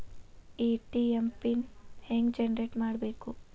ATM pin ಹೆಂಗ್ generate ಮಾಡಬೇಕು?